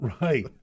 Right